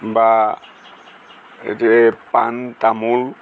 বা পান তামোল